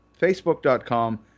facebook.com